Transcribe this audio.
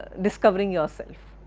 discovering yourself,